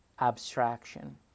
abstraction